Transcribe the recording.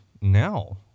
now